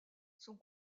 sont